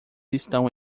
estão